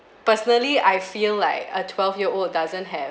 personally I feel like a twelve year old doesn't have